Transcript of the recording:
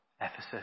Ephesus